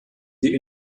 die